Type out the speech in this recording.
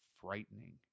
frightening